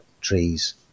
trees